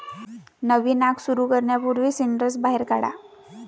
नवीन आग सुरू करण्यापूर्वी सिंडर्स बाहेर काढा